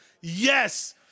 yes